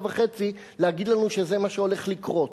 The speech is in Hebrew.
וחצי להגיד לנו שזה מה שהולך לקרות.